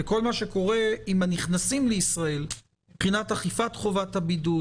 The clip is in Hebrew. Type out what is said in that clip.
כל מה שקורה עם הנכנסים לישראל מבחינת אכיפת חובת הבידוד,